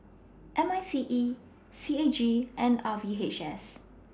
M I C E C A G and R V H S